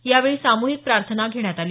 यावेळी सामुहीक प्रार्थना घेण्यात आली